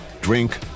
drink